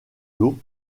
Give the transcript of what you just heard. l’eau